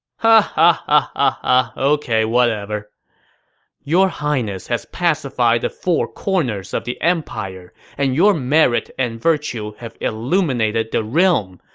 but ok, whatever your highness has pacified the four corners of the empire, and your merit and virtue have illuminated the realm,